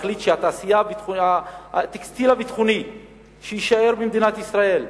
להחליט שהטקסטיל הביטחוני יישאר במדינת ישראל,